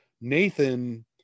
Nathan